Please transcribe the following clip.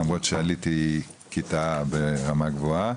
למרות שעליתי כיתה ברמה גבוהה.